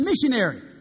missionary